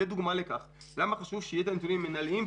זו דוגמה לכך שחשוב שיהיו נתונים מינהליים.